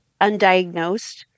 undiagnosed